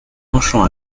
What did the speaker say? penchant